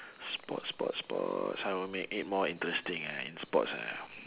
sports sports sports how I make it more interesting ah in sports ah